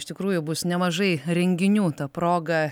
iš tikrųjų bus nemažai renginių ta proga